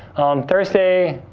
on thursday,